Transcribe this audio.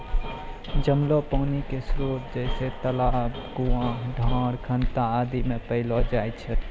जमलो पानी क स्रोत जैसें तालाब, कुण्यां, डाँड़, खनता आदि म पैलो जाय छै